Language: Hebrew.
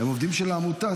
הם עובדים של העמותה.